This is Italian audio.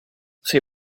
sei